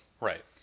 Right